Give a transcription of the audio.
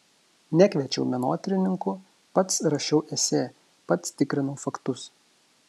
nekviečiau menotyrininkų pats rašiau esė pats tikrinau faktus